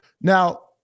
Now